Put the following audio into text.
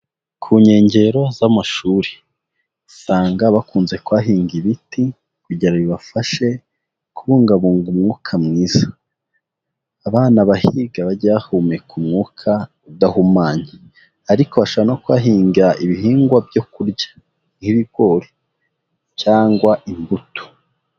Ku nkengero z'amashuri, usanga bakunze kuhahinga ibiti kugira ngo bibafashe kubungabunga umwuka mwiza, abana bahiga bajye bahumeka umwuka udahumanye, ariko bashobora no kuhahinga ibihingwa byo kurya nk'ibigori cyangwa imbuto.